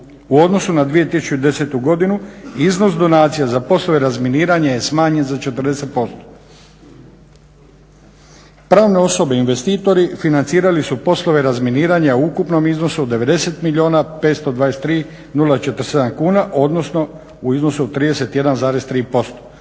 u odnosu na 2010. godinu. Iznos donacija za poslove razminiranja je smanjen za 40%. Pravne osobe, investitori financirali su poslove razminiranja u ukupnom iznosu od 90 milijuna 523 047 kuna, odnosno u iznosu od 31,3%.